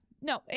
no